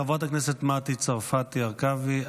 חברת הכנסת מטי צרפתי הרכבי,